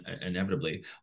inevitably